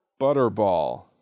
Butterball